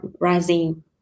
rising